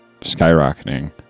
skyrocketing